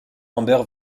amber